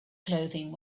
clothing